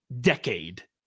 decade